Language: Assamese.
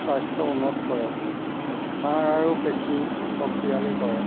স্বাস্থ্য উন্নত কৰে হাড় আৰু পেশী শক্তিশালী কৰে